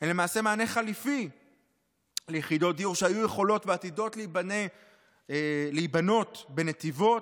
הן למעשה מענה חליפי ליחידות דיור שהיו יכולות ועתידות להיבנות בנתיבות,